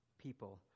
people